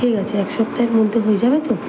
ঠিক আছে এক সপ্তাহের মধ্যে হয়ে যাবে তো